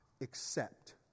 accept